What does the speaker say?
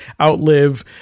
outlive